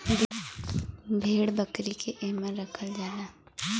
भेड़ बकरी के एमन रखल जाला